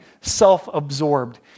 self-absorbed